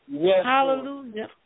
Hallelujah